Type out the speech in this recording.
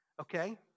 okay